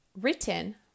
Written